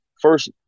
first